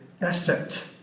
asset